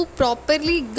properly